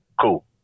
cool